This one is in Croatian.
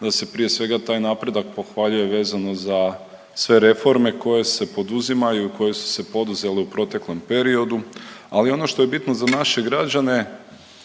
da se prije svega taj napredak pohvaljuje vezano za sve reforme koje se poduzimaju i koje su se poduzele u proteklom periodu. Ali ono što je bitno za naše građane